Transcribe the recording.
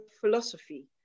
philosophy